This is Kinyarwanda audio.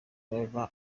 rever